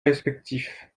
respectifs